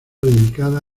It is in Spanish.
dedicada